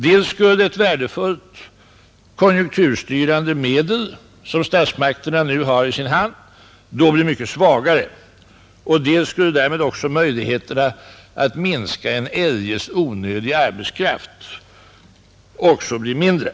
Dels skulle då ett värdefullt konjunkturstyrande medel, som statsmakterna nu har i sin hand, bli mycket svagare, dels skulle därmed också möjligheterna att minska en eljest onödig arbetslöshet också bli mindre.